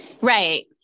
right